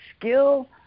skill